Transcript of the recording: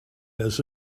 has